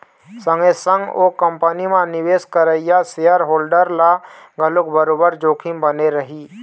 संगे संग ओ कंपनी म निवेश करइया सेयर होल्डर ल घलोक बरोबर जोखिम बने रही